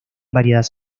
variadas